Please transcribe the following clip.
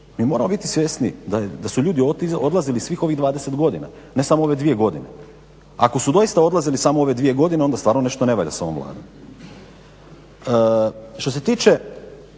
Mi moramo biti svjesni da su ljudi odlazili svih ovih 20 godina, ne samo ove dvije godine. Ako su doista odlazili samo ove dvije godine, onda stvarno nešto ne valja s ovom Vladom. Što se tiče